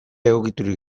egokiturik